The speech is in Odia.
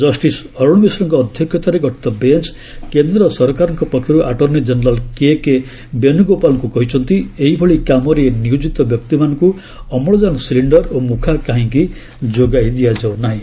ଜଷ୍ଟିସ୍ ଅରୁଣ ମିଶ୍ରଙ୍କ ଅଧ୍ୟକ୍ଷତାରେ ଗଠିତ ବେଞ୍ କେନ୍ଦ୍ର ସରକାରଙ୍କ ପକ୍ଷରୁ ଆଟର୍ଷ୍ଣ କେନେରାଲ୍ କେ କେ ବେଣୁଗୋପାଳଙ୍କୁ କହିଛନ୍ତି ଏହିଭଳି କାମରେ ନିୟୋକିତ ବ୍ୟକ୍ତିମାନଙ୍କୁ ଅମ୍ଳଜାନ ସିଲିକ୍ଷର୍ ଓ ମୁଖା କାହିଁକି ଯୋଗାଇ ଦିଆଯାଉ ନାହିଁ